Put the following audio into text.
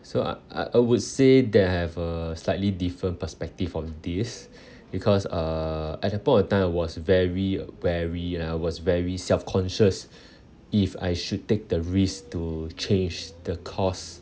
so I I I would say that I have a slightly different perspective on this because uh at that point of time I was very wary and I was very self conscious if I should take the risk to change the course